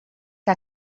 que